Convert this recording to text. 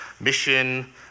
mission